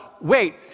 wait